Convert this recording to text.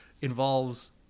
involves